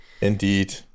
Indeed